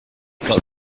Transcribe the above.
got